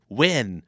win